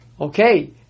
okay